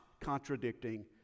contradicting